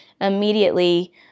immediately